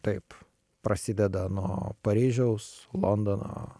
taip prasideda nuo paryžiaus londono